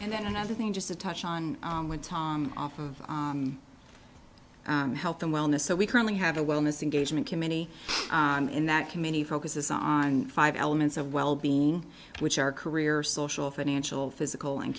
and then another thing just to touch on off of health and wellness so we currently have a wellness engagement committee in that committee focuses on five elements of wellbeing which are career social financial physical and